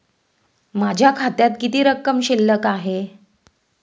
माझ्या खात्यात किती रक्कम शिल्लक आहे?